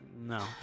No